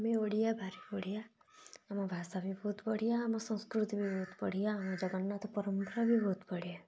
ଆମେ ଓଡ଼ିଆ ଭାରି ବଢ଼ିଆ ଆମ ଭାଷା ବି ବହୁତ ବଢ଼ିଆ ଆମ ସଂସ୍କୃତି ବି ବହୁତ ବଢ଼ିଆ ଆମ ଜଗନ୍ନାଥ ପରମ୍ପରା ବି ବହୁତ ବଢ଼ିଆ